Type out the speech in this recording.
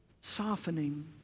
softening